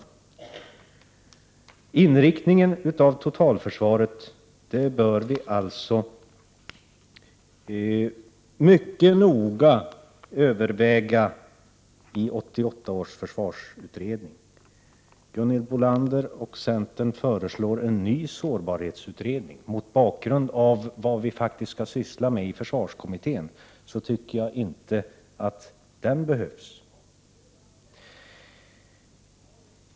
Vi bör i 1988 års försvarsutredning mycket noga överväga inriktningen av totalförsvaret. Gunhild Bolander och centern föreslår en ny sårbarhetsutredning. Mot bakgrund av vad vi faktiskt skall syssla med i försvarskommittén tycker jag inte att en sådan behövs.